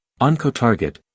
Oncotarget